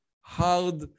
hard